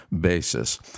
basis